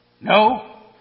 No